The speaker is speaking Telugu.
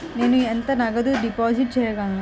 నేను ఎంత నగదు డిపాజిట్ చేయగలను?